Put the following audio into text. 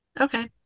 Okay